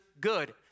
good